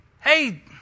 hey